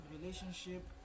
relationship